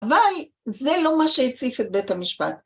אבל זה לא מה שהציף את בית המשפט.